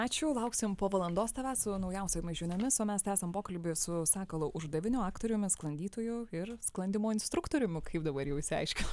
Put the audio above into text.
ačiū lauksim po valandos tavęs su naujausiomis žiniomis o mes tęsiam pokalbį su sakalu uždaviniu aktoriumi sklandytoju ir sklandymo instruktoriumi kaip dabar jau išsiaiškino